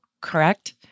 correct